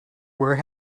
where